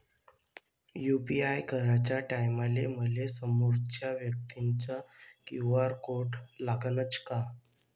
UPI कराच्या टायमाले मले समोरच्या व्यक्तीचा क्यू.आर कोड लागनच का?